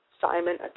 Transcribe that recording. Simon